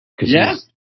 Yes